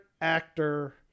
actor